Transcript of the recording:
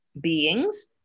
beings